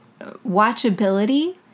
watchability